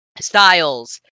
styles